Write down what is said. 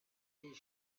his